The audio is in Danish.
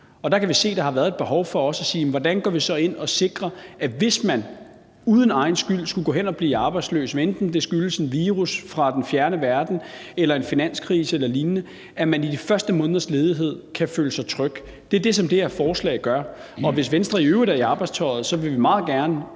Og der kan vi se, at der har været et behov for at sige: Hvordan går vi så ind og sikrer, at man, hvis man uden egen skyld skulle gå hen og blive arbejdsløs, hvad enten det skyldes en virus fra den fjerne verden eller en finanskrise eller lignende, så i de første måneders ledighed kan føle sig tryg? Det er det, som det her forslag gør. Og hvis Venstre i øvrigt er i arbejdstøjet, vil vi meget gerne